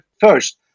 first